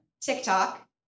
TikTok